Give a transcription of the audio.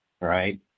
right